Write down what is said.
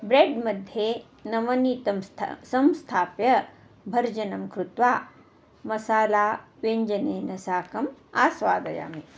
bread मध्ये नवनीतं स्था संस्थाप्य भर्जनं कृत्वा मसाला व्यञ्जनेन साकम् आस्वादयामि